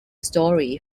story